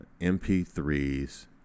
mp3s